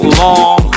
long